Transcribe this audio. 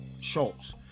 Schultz